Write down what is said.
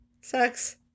Sucks